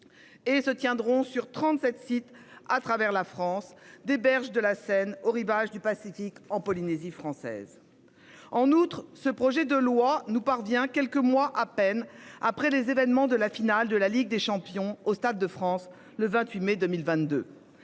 Et se tiendront sur 37 sites à travers la France des berges de la Seine aux rivages du Pacifique en Polynésie française. En outre, ce projet de loi nous parvient, quelques mois à peine après les événements de la finale de la Ligue des Champions au Stade de France le 28 mai 2022.